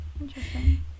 Interesting